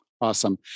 Awesome